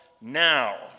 now